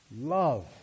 love